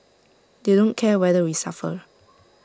they don't care whether we suffer